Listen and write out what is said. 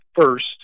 first